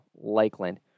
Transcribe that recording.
Lakeland